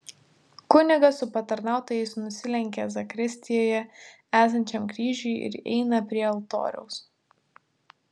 kunigas su patarnautojais nusilenkia zakristijoje esančiam kryžiui ir eina prie altoriaus